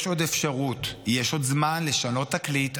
יש עוד אפשרות, יש עוד זמן לשנות תקליט.